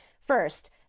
first